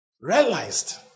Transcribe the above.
realized